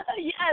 Yes